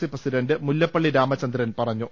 C president Mullappally Ramachandran പറഞ്ഞു